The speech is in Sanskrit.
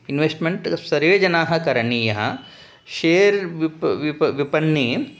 इन्वेस्ट्मेण्ट् सर्वे जनाः करणीयः शेर् विप् विप विपणीं